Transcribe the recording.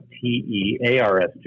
T-E-A-R-S